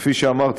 כפי שאמרתי,